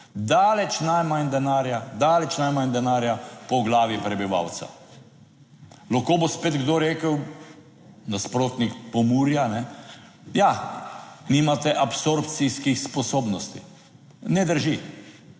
daleč najmanj denarja, daleč najmanj denarja po glavi prebivalca. Lahko bo spet kdo rekel, nasprotnik Pomurja, ja, nimate absorpcijskih sposobnosti. Ne drži.